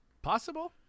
Possible